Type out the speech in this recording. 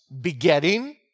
begetting